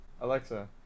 Alexa